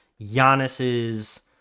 Giannis's